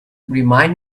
remind